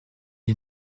est